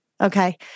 Okay